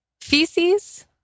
Feces